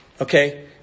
Okay